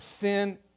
sin